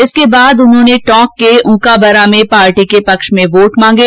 इसके बाद उन्होंने टोंक के उंकाबरा में पार्टी के पक्ष में वोट मांगे